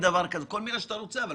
לא